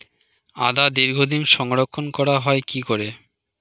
আদা দীর্ঘদিন সংরক্ষণ করা হয় কি করে?